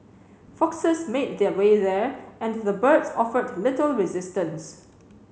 foxes made their way there and the birds offered little resistance